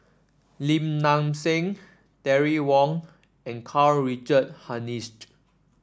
Lim Nang Seng Terry Wong and Karl Richard Hanitsch